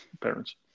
parents